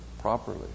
properly